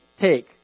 take